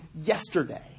yesterday